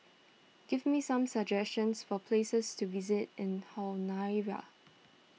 give me some suggestions for places to visit in Honiara